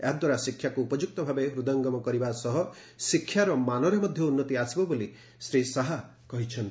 ଏହାଦ୍ଧାରା ଶିକ୍ଷାକୁ ଉପଯୁକ୍ତ ଭାବେ ହୃଦୟଙ୍ଗମ କରିବା ସହ ଶିକ୍ଷାର ମାନରେ ମଧ୍ୟ ଉନ୍ନତି ଆସିବ ବୋଲି ଶ୍ରୀ ଶାହା କହିଛନ୍ତି